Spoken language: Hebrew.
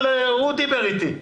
אבל הוא דיבר אתי.